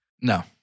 No